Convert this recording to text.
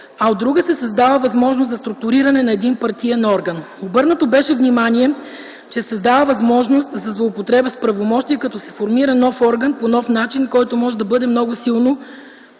а от друга страна, се създава възможност за структуриране на един партиен орган. Обърнато беше внимание, че се създава възможност за злоупотреба с правомощия, като се формира нов орган по нов начин, който може да бъде много силно